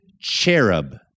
cherub